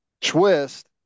twist